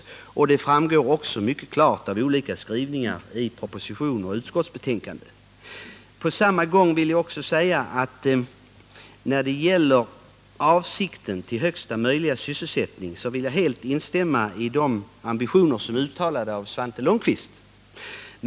Det framgår också mycket klart av olika skrivningar i proposi Samtidigt vill jag säga att när det gäller att eftersträva högsta möjliga sysselsättning ställer jag mig helt bakom de ambitioner som Svante Lundkvist gav uttryck åt.